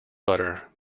butter